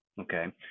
Okay